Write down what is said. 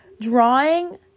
drawing